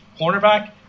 cornerback